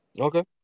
Okay